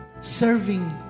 serving